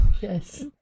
yes